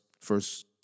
first